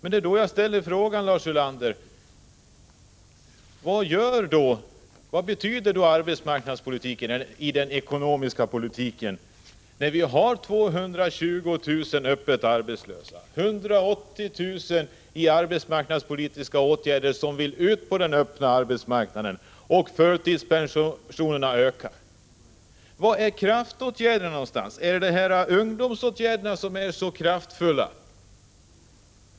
Det är därför jag ställer frågan till Lars Ulander: Vad betyder arbetsmarknadspolitiken i den ekonomiska politiken, när det finns 220 000 öppet arbetslösa och 180 000 i arbetsmarknadspolitiska åtgärder som vill ut på den öppna arbetsmarknaden och när antalet förtidspensionärerna ökar? Vilka är kraftåtgärderna? Är det ungdomsåtgärderna som är så kraftfulla?